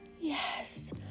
Yes